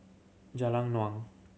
Jalan Naung